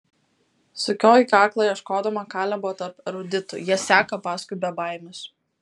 sukioju kaklą ieškodama kalebo tarp eruditų jie seka paskui bebaimius